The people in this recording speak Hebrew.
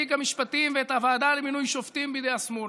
תיק המשפטים ואת הוועדה למינוי שופטים בידי השמאל.